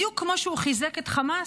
בדיוק כמו שהוא חיזק את חמאס,